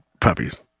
puppies